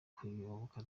kuyoboka